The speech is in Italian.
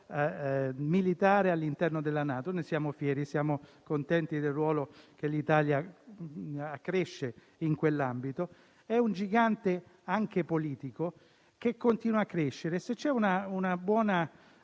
militare all'interno della NATO. Ne siamo fieri e siamo contenti del ruolo che l'Italia riveste in tale ambito. L'Europa è un gigante anche politico, che continua a crescere. Se c'è una buona